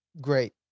Great